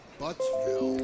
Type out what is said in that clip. Buttsville